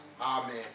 Amen